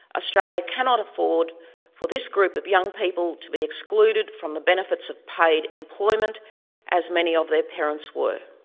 australia cannot afford for this group of young people to be excluded from the benefits of paid employment as many of their parents were.